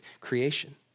creation